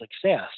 success